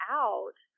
out